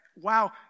Wow